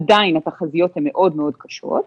עדיין התחזיות מאוד קשות.